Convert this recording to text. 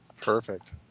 Perfect